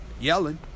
yelling